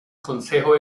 consejo